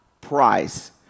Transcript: price